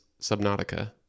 Subnautica